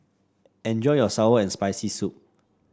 enjoy your sour and Spicy Soup